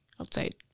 outside